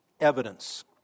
evidence